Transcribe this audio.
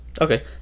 Okay